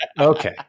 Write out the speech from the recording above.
Okay